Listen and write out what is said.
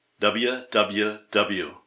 www